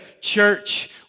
church